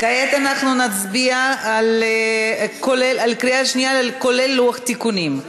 כעת אנחנו נצביע בקריאה שנייה, כולל לוח תיקונים.